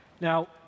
Now